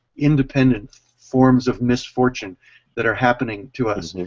independent forms of misfortune that are happening to us,